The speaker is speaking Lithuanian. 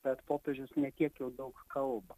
bet popiežius ne tiek jau daug kalba